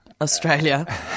Australia